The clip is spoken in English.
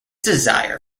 desire